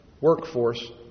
workforce